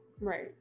Right